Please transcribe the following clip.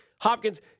Hopkins